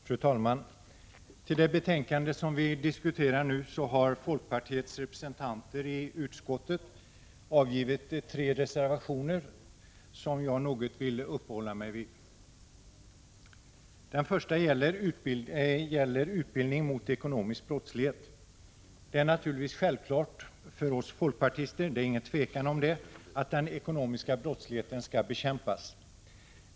Fru talman! Till det betänkande som vi nu diskuterar har folkpartiets representanter i utskottet avgivit tre reservationer som jag vill uppehålla mig något vid. Den första gäller utbildning mot ekonomisk brottslighet. Det är naturligtvis självklart för oss folkpartister, det är inget tvivel om det, att den ekonomiska brottsligheten skall bekämpas.